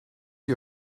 you